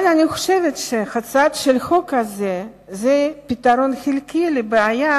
אבל אני חושבת שהצעד של החוק הזה הוא פתרון חלקי לבעיה